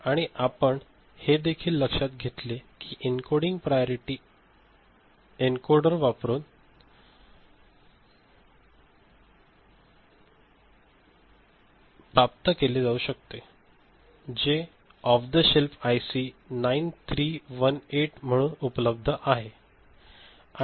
आणि आपण हे देखील लक्षात घेतले की हे एन्कोडिंग प्रायॉरीटी एन्कोडर वापरुन प्राप्त केले जाऊ शकते जे ऑफ द शेल्फ आयसी 9318 म्हणून उपलब्ध आहे